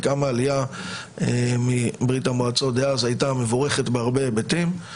עד כמה העלייה מברית המועצות דאז הייתה מבורכת בהרבה היבטים.